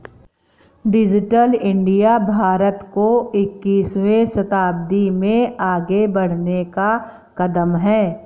digital India Bharat को इक्कीसवें शताब्दी में आगे बढ़ने का कदम है